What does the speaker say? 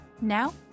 Now